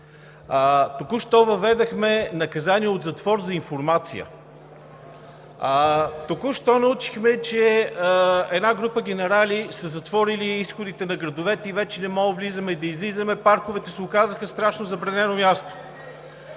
Току-що въведохме наказание от затвор за информация. Току-що научихме, че една група генерали са затворили изходите на градовете и вече не може да влизаме и да излизаме, парковете се оказаха страшно забранено място.